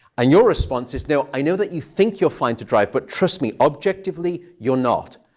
and your response is, no, i know that you think you're fine to drive, but trust me, objectively, you're not.